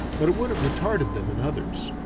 but it would have retarded them in others.